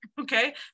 okay